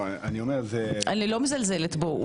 אני לא מזלזלת בו.